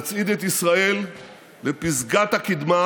נצעיד את ישראל לפסגת הקדמה,